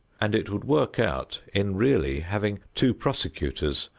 and it would work out in really having two prosecutors,